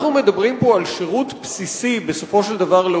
אנחנו מדברים פה על שירות בסיסי לאוכלוסייה,